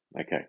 okay